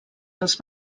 els